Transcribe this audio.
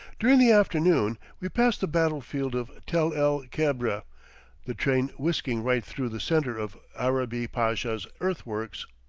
during the afternoon we pass the battle-field of tel-el-kebre, the train whisking right through the centre of arabi pasha's earthworks.